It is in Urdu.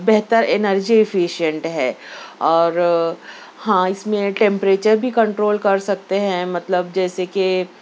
بہتر انرجی افیشئنٹ ہے اور ہاں اِس میں ٹمپریچر بھی کنٹرول کر سکتے ہیں مطلب جیسے کہ